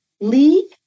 Lee